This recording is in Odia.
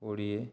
କୋଡ଼ିଏ